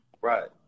right